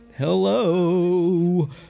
Hello